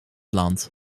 land